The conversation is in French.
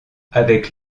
avec